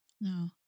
No